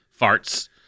Farts